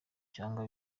cyangwa